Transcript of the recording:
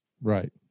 Right